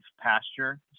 pasture